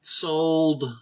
sold